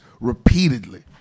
repeatedly